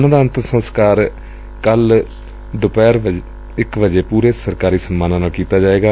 ਉਨ੍ਹਾਂ ਦਾ ਅੰਤਮ ਸੰਸਕਾਰ ਕੱਲ੍ਹ ਪੂਰੀ ਸਰਕਾਰੀ ਸਨਮਾਨਾਂ ਨਾਲ ਕੀਤਾ ਜਾਏਗਾ